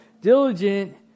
Diligent